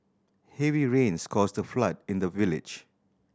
heavy rains caused the flood in the village